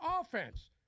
offense